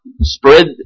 spread